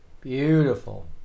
Beautiful